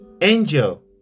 angel